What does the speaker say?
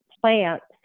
plants